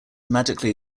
magically